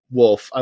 wolf